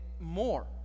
more